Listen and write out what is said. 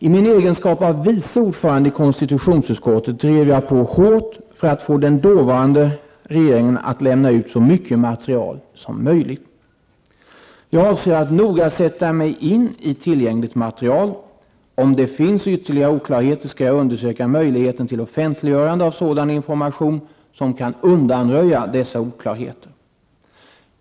I min egenskap av vice ordförande i konstitutionsutskottet drev jag på hårt för att få den dåvarande regeringen att lämna ut så mycket material som möjligt. Jag avser att noga sätta mig in i tillgängligt material. Om det finns ytterligare oklarheter skall jag undersöka möjligheten till offentliggörande av sådan information som kan undanröja dessa oklarheter.